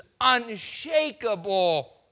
unshakable